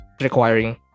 requiring